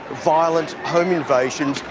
violent home invasions,